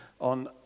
on